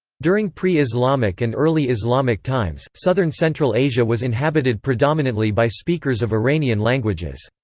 during pre-islamic and early islamic times, southern central asia was inhabited predominantly by speakers of iranian languages.